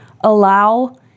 allow